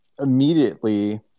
immediately